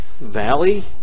Valley